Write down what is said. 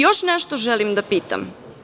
Još nešto želim da pitam.